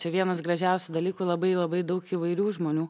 čia vienas gražiausių dalykų labai labai daug įvairių žmonių